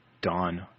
dawn